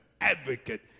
advocate